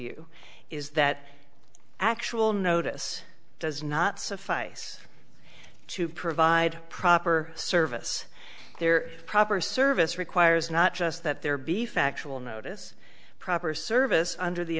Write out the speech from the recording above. you is that actual notice does not suffice to provide proper service their proper service requires not just that there be factual notice proper service under the